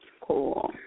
Cool